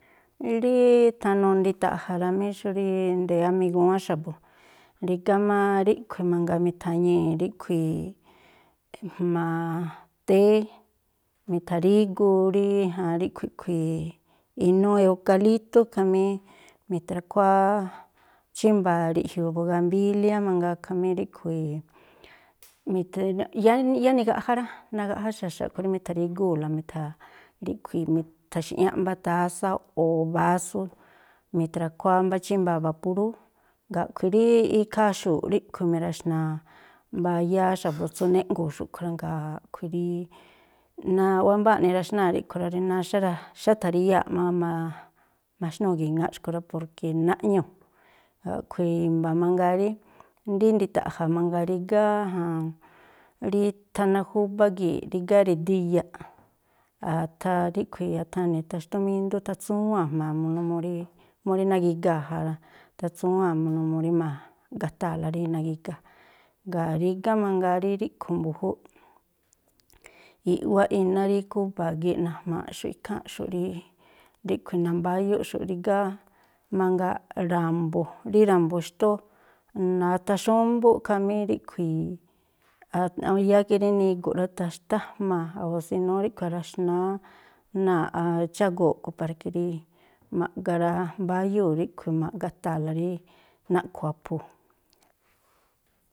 Rí thanuu ndita̱ꞌja̱ rá mí, xú rí ndeyá migúwán xa̱bu̱, rígá má ríꞌkhui̱ mangaa mi̱tha̱ñii̱ ríꞌkhui̱ jma̱a téé, mi̱tha̱rígu rí jan ríꞌkhui̱ a̱ꞌkhui̱ inúú eukalítú khamí mithra̱khuáá chímba̱a̱ riꞌjiu̱u̱ bugambíliá mangaa khamí ríꞌkhui̱ yáá yáá nigaꞌjá rá, nagaꞌjá xa̱xa̱ a̱ꞌkhui̱ rí mi̱tha̱rígúu̱la mi̱tha ríꞌkhui̱ mi̱tha̱xi̱ꞌñáꞌ mbá tásá o̱ bású mi̱thra̱khuáá mbá chímba̱a̱ bapurú, jngáa̱ a̱ꞌkhui̱ rí ikhaa xu̱u̱ꞌ ríꞌkhui̱ mi̱ra̱xna̱a mbayáá xa̱bu̱ tsú jnéꞌngo̱o̱ xúꞌkhui̱ rá. Jngáa̱ a̱ꞌkhui̱ rí na wámbáa̱ꞌ niraxnáa̱ ríꞌkhui̱ rá, rí náá xára̱, xátha̱ríyáa̱ꞌ má ma maxnúu̱ gi̱ŋááꞌ xkui̱ rá, porke naꞌñuu̱, a̱ꞌkhui̱ i̱mba̱ mangaa rí rí ndita̱ꞌja̱ mangaa rígá jan rí thana júbá gii̱ꞌ, rígá ri̱díyaꞌ, atha ríꞌkhui̱, athani̱ athaxtúmíndú, athatsúwáa̱n jma̱a mu numuu rí mú rí nagigaa̱ ja rá, athatsúwáa̱n mu numuu rí ma̱ꞌgata̱a̱la rí nagigaa̱. Jngáa̱ rígá mangaa rí ríꞌkhui̱ mbu̱júúꞌ i̱wáꞌ iná rí khúba̱a gii̱ꞌ najma̱a̱ꞌxu̱ꞌ ikháa̱nꞌxu̱ rí ríꞌkhui̱ nambáyúꞌxu̱ꞌ. Rígá mangaa ra̱mbu̱, rí ra̱mbu̱ xtóó, athaxúmbúꞌ khamí ríꞌkhui̱ yáá ke rí nigu̱ꞌ rá, athaxtájmaa̱ o̱ sinóó ríꞌkhui̱ araxnáá náa̱ꞌ chágoo̱ a̱ꞌkhui̱ para ke rí ma̱ꞌga rambáyúu̱ ríꞌkhui̱ ma̱ꞌgata̱a̱la rí naꞌkhu̱ aphuu̱.